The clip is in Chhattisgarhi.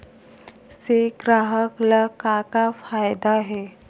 से ग्राहक ला का फ़ायदा हे?